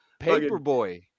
Paperboy